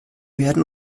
werden